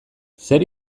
zer